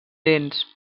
dents